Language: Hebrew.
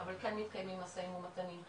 אבל כן מתקיימים משאים ומתנים.